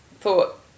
thought